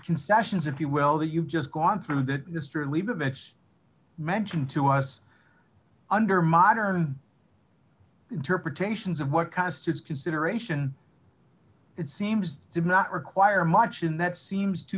concessions if you will that you've just gone through the history of leave that's mentioned to us under modern interpretations of what constitutes consideration it seems to me not require much and that seems to